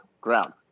Ground